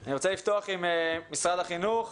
אני אפתח עם משרד החינוך.